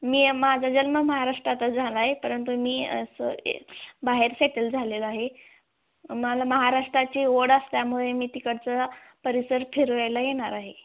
मी यं माझा जन्म म्हाराष्ट्रातच झाला आहे परंतु मी असं आहे बाहेर सेटल झालेलं आहे मला महाराष्ट्राची ओढ असल्यामुळे मी तिकडचा परिसर फिरवायला येणार आहे